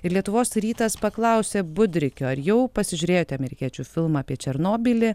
ir lietuvos rytas paklausė budrikio ar jau pasižiūrėjote amerikiečių filmą apie černobylį